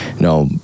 no